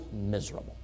miserable